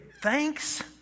thanks